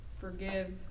forgive